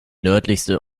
nördlichste